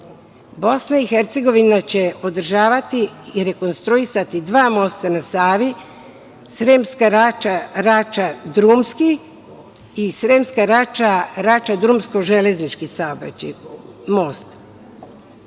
Bosna i Hercegovina će održavati i rekonstruisati dva mosta na Savi, Sremska Rača-Rača drumski i Sremska Rača-Rača drumsko-železnički most.